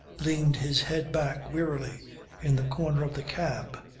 leaned his head back wearily in the corner of the cab.